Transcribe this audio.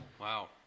wow